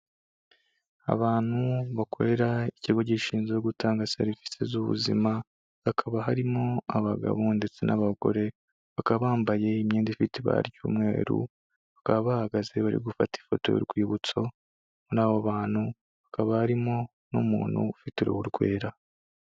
Abantu bakorera ikigo gishinzwe gutanga serivisi z'ubuzima hakaba harimo abagabo ndetse n'abagore bakaba bambaye imyenda ifite iba ry'umweru, bakaba bahagaze bari gufata ifoto y'urwibutso'bo bantu bakaba barimo n'umuntu ufite uruhu rwera.